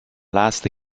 laatste